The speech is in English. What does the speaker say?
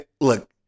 look